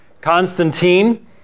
Constantine